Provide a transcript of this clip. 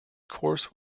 course